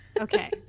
okay